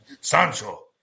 Sancho